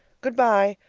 good-by.